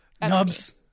Nubs